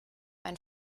ein